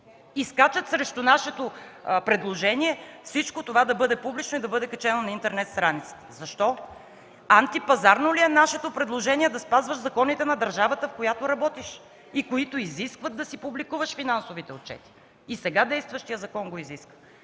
И скачат срещу нашето предложение всичко това да бъде публично и да бъде качено на интернет страницата. Защо? Антипазарно ли е нашето предложение да спазваш законите на държавата, в която работиш и които изискват да си публикуваш финансовите отчети? И сега действащият закон го изисква!